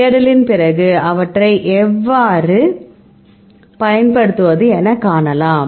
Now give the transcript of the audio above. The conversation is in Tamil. தேடலின் பிறகு அவற்றை எவ்வாறு பயன்படுத்துவது என காணலாம்